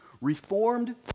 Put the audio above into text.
Reformed